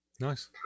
nice